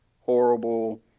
horrible